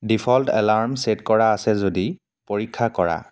default alarm set কৰা আছে যদি পৰীক্ষা কৰা